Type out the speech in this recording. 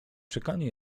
czekanie